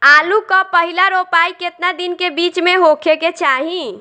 आलू क पहिला रोपाई केतना दिन के बिच में होखे के चाही?